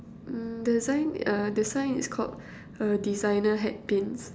mm the sign uh the sign is called err designer hat pins